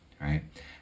right